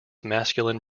masculine